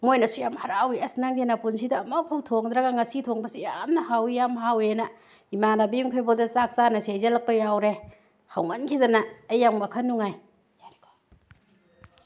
ꯃꯣꯏꯅꯁꯨ ꯌꯥꯝ ꯍꯔꯥꯎꯋꯤ ꯑꯁ ꯅꯪꯗꯤ ꯅꯄꯨꯟꯁꯤꯗ ꯑꯃꯨꯛ ꯐꯥꯎꯕ ꯊꯣꯡꯗ꯭ꯔꯒ ꯉꯁꯤ ꯊꯣꯡꯕꯁꯤ ꯌꯥꯝꯅ ꯍꯥꯎꯋꯤ ꯌꯥꯝ ꯍꯥꯎꯋꯦꯅ ꯏꯃꯥꯟꯅꯕꯤ ꯈꯩꯐꯥꯎꯕꯕꯗ ꯆꯥꯛ ꯆꯥꯟꯅꯁꯤ ꯍꯥꯏꯖꯤꯜꯂꯛꯄ ꯐꯥꯎꯕ ꯌꯥꯎꯔꯦ ꯍꯥꯎꯃꯟꯈꯤꯗꯅ ꯑꯩ ꯌꯥꯝ ꯋꯥꯈꯜ ꯅꯨꯡꯉꯥꯏ